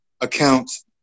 accounts